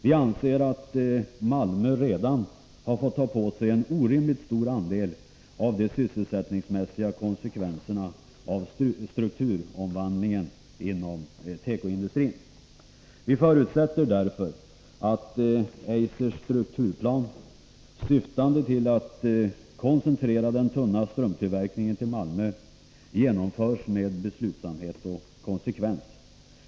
Vi anser att Malmö redan har fått ta på sig en orimligt stor andel av de sysselsättningsmässiga konsekvenserna av strukturomvandlingen inom tekoindustrin. Vi förutsätter därför att Eisers strukturplan, syftande till att koncentrera tillverkningen av tunna strumpor till Malmö genomförs med beslutsamhet och konsekvens.